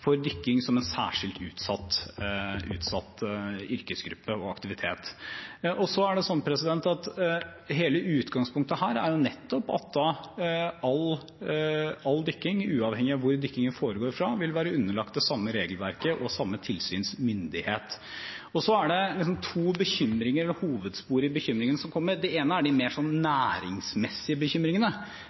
for dykking, som en særskilt utsatt yrkesgruppe og aktivitet. Og hele utgangspunktet her er nettopp at all dykking, uavhengig av hvor dykkingen foregår fra, vil være underlagt det samme regelverket og samme tilsynsmyndighet. Så er det to hovedspor i bekymringene. Det ene er de mer næringsmessige bekymringene,